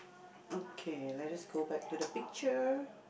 okay let us go back to the picture